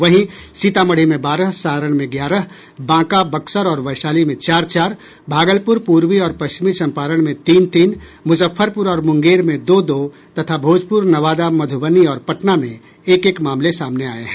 वहीं सीतामढ़ी में बारह सारण में ग्यारह बांका बक्सर और वैशाली में चार चार भागलपुर पूर्वी और पश्चिमी चंपारण में तीन तीन मुजफ्फरपुर और मुंगेर में दो दो तथा भोजपुर नवादा मधुबनी और पटना में एक एक मामले सामने आये हैं